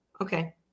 Okay